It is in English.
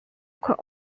could